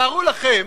תארו לכם